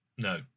no